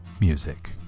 music